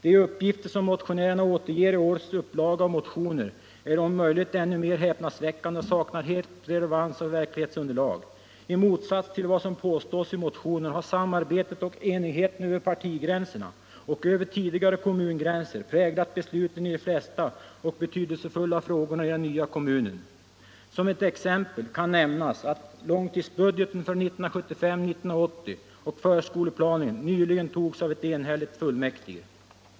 De uppgifter som motionärerna återger i årets upplaga av motioner är om möjligt ännu mer häpnadsväckande och saknar helt relevans och verklighetsunderlag. I motsats till vad som påstås i motionerna har samarbetet och enigheten över partigränserna och över tidigare kommungränser präglat besluten i de flesta och mest betydelsefulla frågorna i den nya kommunen. Som exempel kan nämnas att långtidsbudgeten för 1975-1980 och förskoleplanen nyligen antogs av en enhällig fullmäktigförsamling.